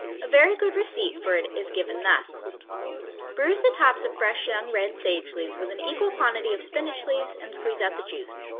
very good receipt for it is given thus bruise the tops of fresh young red sage leaves with an equal quantity of spinach leaves and squeeze out the juice.